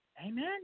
Amen